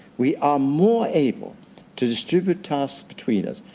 we are more able to distribute tasks between us,